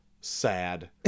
sad